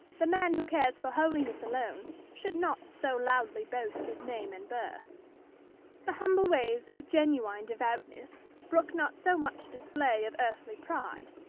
the man who cares for holiness alone should not so loudly boast his name and birth the humble ways of genuine devoutness brook not so much display of earthly pride.